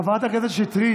בעד חבר הכנסת שטרית,